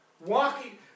Walking